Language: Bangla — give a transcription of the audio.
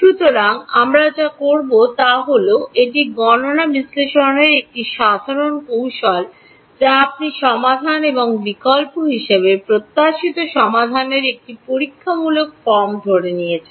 সুতরাং আমরা যা করব তা হল এটি গণনা বিশ্লেষণের একটি সাধারণ কৌশল যা আপনি সমাধান এবং বিকল্প হিসাবে প্রত্যাশিত সমাধানের একটি পরীক্ষামূলক ফর্ম ধরে নিয়েছেন